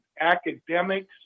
Academics